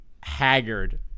haggard